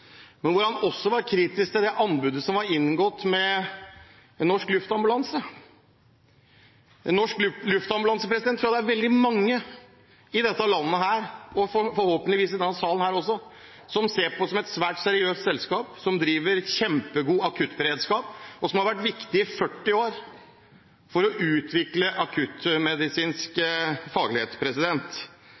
men også var kritisk til den avtalen som var inngått med Norsk Luftambulanse. Jeg tror det er veldig mange i dette landet – forhåpentligvis også i denne salen – som ser på det som et svært seriøst selskap, som driver kjempegod akuttberedskap, og som har vært viktig i 40 år når det gjelder å utvikle akuttmedisinsk faglighet.